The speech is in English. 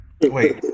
Wait